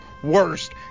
Worst